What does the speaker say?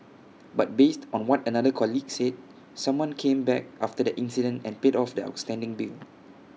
but based on what another colleague said someone came back after the incident and paid off the outstanding bill